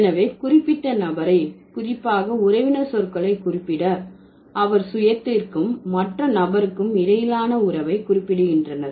எனவே குறிப்பிட்ட நபரை குறிப்பாக உறவினர் சொற்களை குறிப்பிட அவர்கள் சுயத்திற்கும் மற்ற நபருக்கும் இடையிலான உறவை குறிப்பிடுகின்றனர்